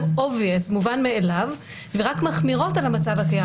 מובן מאליו ורק מחמירות על המצב הקיים.